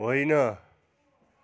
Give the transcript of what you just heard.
होइन